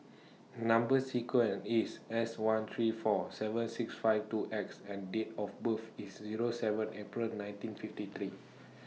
Number sequence IS S one three four seven six five two X and Date of birth IS Zero seven April nineteen fifty three